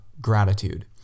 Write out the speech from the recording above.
gratitude